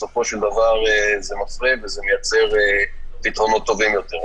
בסופו של דבר זה מפרה ומייצר פתרונות טובים יותר.